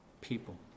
people